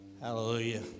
Hallelujah